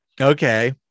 okay